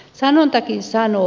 sanontakin sanoo